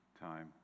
time